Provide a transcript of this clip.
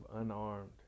unarmed